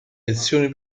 elezioni